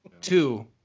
two